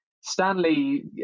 stanley